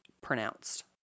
pronounced